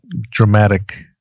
dramatic